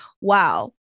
Wow